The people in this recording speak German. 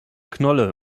knolle